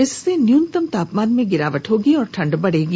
इससे न्यूनतम तापमान में गिरावट होगी और ठंढ बढ़ेगी